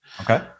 Okay